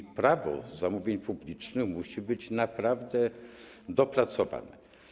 I Prawo zamówień publicznych musi być naprawdę dopracowane.